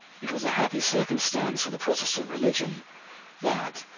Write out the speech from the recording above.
it was a happy circumstance for the protestant religion that,